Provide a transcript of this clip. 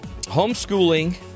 Homeschooling